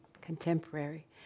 contemporary